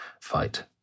fight